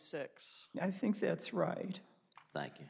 six i think that's right thank you